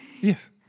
Yes